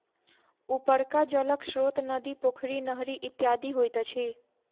उपरका जलक स्रोत नदी, पोखरि, नहरि इत्यादि होइत अछि